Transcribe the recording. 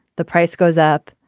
the price goes up.